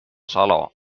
salo